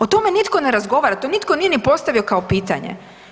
O tome nitko ne razgovara, to nitko nije ni postavio kao pitanje.